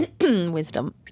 wisdom